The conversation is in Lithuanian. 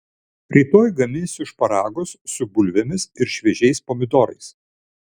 rytoj gaminsiu šparagus su bulvėmis ir šviežiais pomidorais